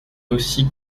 aussi